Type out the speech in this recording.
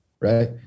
right